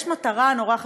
יש מטרה נורא חשובה,